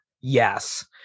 Yes